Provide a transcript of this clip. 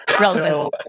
Relevant